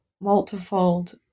multifold